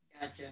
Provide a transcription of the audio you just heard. gotcha